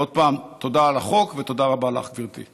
ועוד פעם, תודה על החוק, ותודה רבה לך, גברתי.